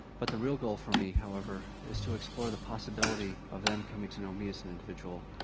but the real goal for me, however, is to explore the possibility of them coming to know me as an individual,